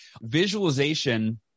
Visualization